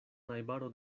najbaro